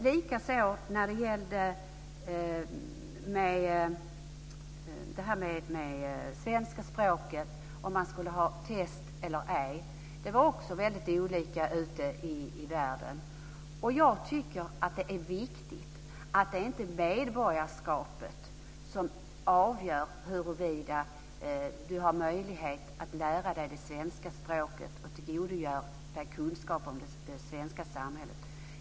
Likaså när det gällde frågan om språktest eller ej var det väldigt olika ute i världen. Jag tycker att det är viktigt att det inte är medborgarskapet som avgör huruvida du har möjlighet att lära dig det svenska språket och tillgodogöra dig kunskaper om det svenska samhället.